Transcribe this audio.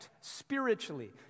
spiritually